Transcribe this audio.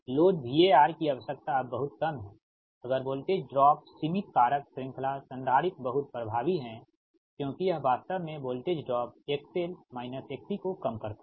load VAR की आवश्यकता अब बहुत कम है अगर वोल्टेज ड्रॉप सीमित कारक श्रृंखला संधारित्र बहुत प्रभावी है क्योंकि यह वास्तव में वोल्टेज ड्रॉप XL- XC को कम करता है